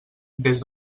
des